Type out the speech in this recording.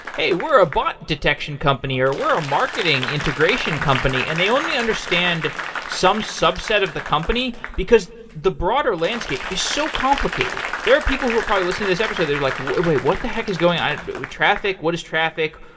hey, we're a bot detection company, or we're a marketing integration company, and they only understand some subset of the company, because the broader landscape is so complicated. there are people who are probably listening to this episode, they're like, wait. what the heck is going on with traffic? what is traffic?